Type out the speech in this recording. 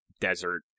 desert